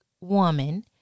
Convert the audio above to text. woman